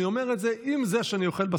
אני אומר את זה עם זה שאני אוכל,